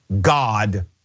God